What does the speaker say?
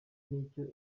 n’icyo